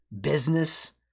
business